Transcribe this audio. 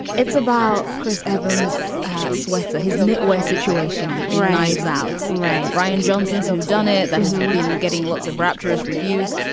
it's about chris evans sweater. his knitwear situation drives out rain. ryan johnsen's, who done it, and has been getting lots of rapturous reviews.